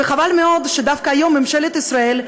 וחבל מאוד שדווקא היום ממשלת ישראל,